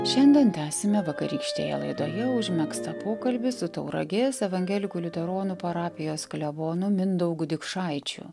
šiandien tęsime vakarykštėje laidoje užmegztą pokalbį su tauragės evangelikų liuteronų parapijos klebonu mindaugu dikšaičiu